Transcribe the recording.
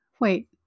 wait